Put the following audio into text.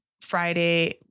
Friday